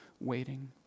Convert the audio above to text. waiting